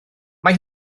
mae